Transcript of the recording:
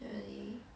really